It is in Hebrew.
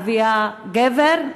אביה גבר,